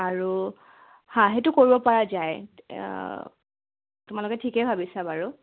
আৰু হাঁ সেইটো কৰিব পৰা যায় তোমালোকে ঠিকে ভাবিছা বাৰু